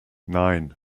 nein